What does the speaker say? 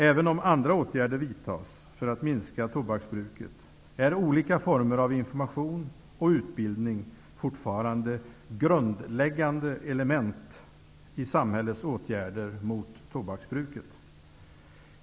Även om andra åtgärder vidtas för att minska tobaksbruket är olika former av information och utbildning fortfarande grundläggande element i samhällets åtgärder mot tobaksbruket.